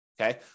okay